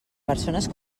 persones